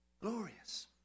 glorious